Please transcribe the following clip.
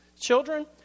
children